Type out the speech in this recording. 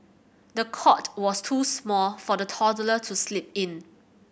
the cot was too small for the toddler to sleep in